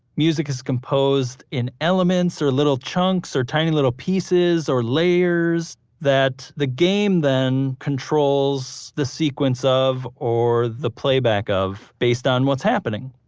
music is composed in elements or little chunks or tiny little pieces or layers, that the game then controls the sequence of or the playback of based on what's happening.